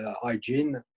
hygiene